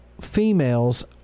females